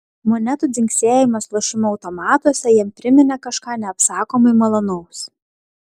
monetų dzingsėjimas lošimo automatuose jam priminė kažką neapsakomai malonaus